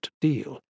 deal